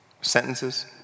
sentences